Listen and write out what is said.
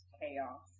chaos